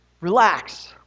Relax